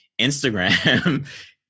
Instagram